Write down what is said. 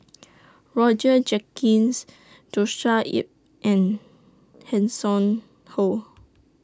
Roger Jenkins Joshua Ip and Hanson Ho